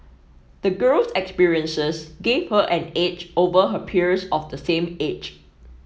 the girl's experiences gave her an edge over her peers of the same age